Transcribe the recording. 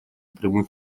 прямых